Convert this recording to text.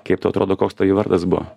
kaip tau atrodo koks tai vardas buvo